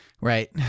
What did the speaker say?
Right